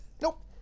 Nope